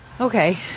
Okay